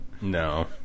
No